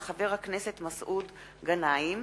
הצעתו של חבר הכנסת מסעוד גנאים.